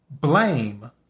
blame